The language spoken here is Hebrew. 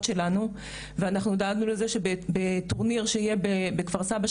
שלנו ודאגנו לזה שטורניר שהיה בכפר סבא,